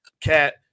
CAT